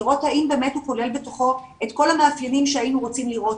לראות האם הוא כולל בתוכו את כל המאפיינים שרצינו לראות,